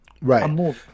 right